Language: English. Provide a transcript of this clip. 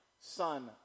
son